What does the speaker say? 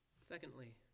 Secondly